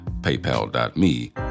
paypal.me